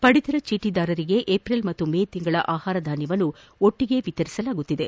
ಪಡಿತರ ಚೀಟದಾರರಿಗೆ ಏಪ್ರಿಲ್ ಮತ್ತು ಮೇ ತಿಂಗಳ ಆಹಾರಧಾನ್ಯವನ್ನು ಒಟ್ಟಗೆ ವಿತರಿಸಲಾಗುತ್ತಿದೆ